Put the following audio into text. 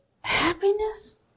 happiness